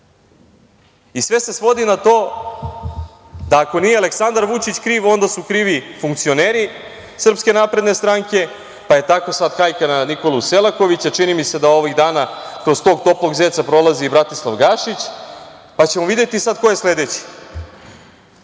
se svodi na to da ako nije Aleksandar Vučić kriv, onda su krivi funkcioneri SNS, pa je tako sva hajka na Nikolu Selakovića. Čini mi se da ovih dana kroz toplog zeca prolazi i Bratislav Gašić, pa ćemo videti sad ko je sledeći,